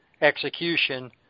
execution